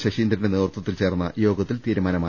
ശശീന്ദ്രന്റെ നേതൃത്വത്തിൽ ചേർന്ന യോഗത്തിൽ തീരുമാ നമായി